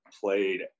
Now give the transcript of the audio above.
played